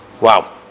Wow